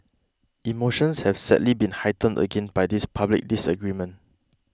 emotions have sadly been heightened again by this public disagreement